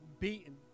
beaten